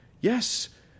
Yes